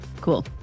Cool